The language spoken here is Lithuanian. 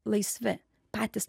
laisvi patys